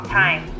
time